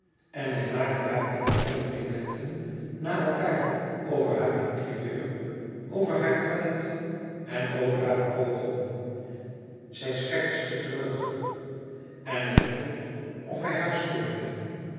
en hij maakte haar enkele complimenten na elkaâr over haar interieur over haar toilet en over haar oogen zij schertste terug en hij vroeg of hij haar stoorde